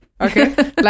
Okay